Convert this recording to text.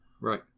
right